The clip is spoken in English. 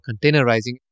containerizing